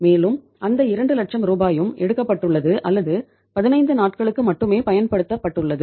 மேலும் அந்த 2 லட்சம் ரூபாயும் எடுக்கப்பட்டுள்ளது அல்லது 15 நாட்களுக்கு மட்டுமே பயன்படுத்தப்படுதப்பட்டுள்ளது